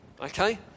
okay